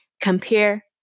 compare